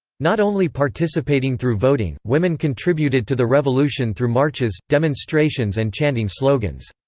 not only participating through voting, women contributed to the revolution through marches, demonstrations and chanting slogans.